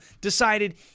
decided